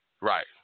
Right